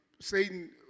Satan